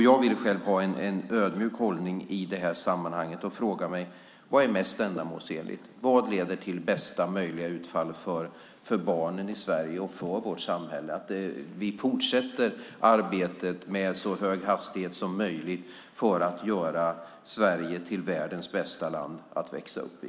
Jag vill själv inta en ödmjuk hållning i det här sammanhanget och fråga mig vad som är mest ändamålsenligt. Vad leder till bästa möjliga utfall för barnen i Sverige och för vårt samhälle? Vi ska fortsätta arbetet med så hög hastighet som möjligt för att göra Sverige till världens bästa land att växa upp i.